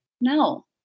No